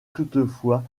toutefois